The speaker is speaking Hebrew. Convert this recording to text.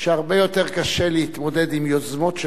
שהרבה יותר קשה להתמודד עם יוזמות של